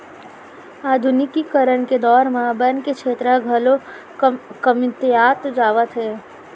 आधुनिकीकरन के दौर म बन के छेत्र ह घलौ कमतियात जावत हे